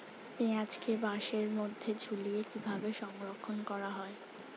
পেঁয়াজকে বাসের মধ্যে ঝুলিয়ে কিভাবে সংরক্ষণ করা হয়?